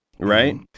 right